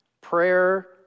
Prayer